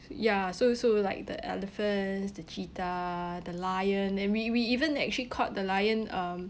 ya so so like the elephants the cheetah the lion and we we even actually caught the lion um